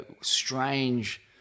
strange